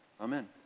Amen